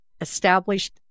established